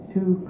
Two